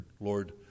Lord